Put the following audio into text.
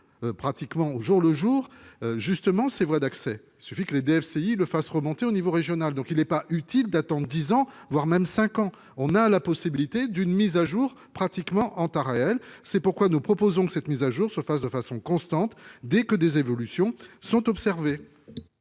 Pratiquement au jour le jour. Justement c'est vrai d'accès suffit que les DRCI le fasse remonter au niveau régional, donc il n'est pas utile d'attendre 10 ans voire même 5 ans, on a la possibilité d'une mise à jour pratiquement en réel. C'est pourquoi nous proposons que cette mise à jour se fasse de façon constante dès que des évolutions sont observées.